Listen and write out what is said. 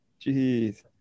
jeez